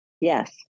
Yes